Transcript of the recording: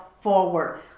Forward